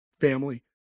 family